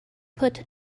put